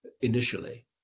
initially